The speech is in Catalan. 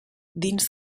dins